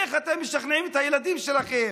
איך אתם משכנעים את הילדים שלכם?